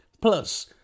Plus